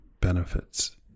benefits